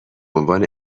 عنوان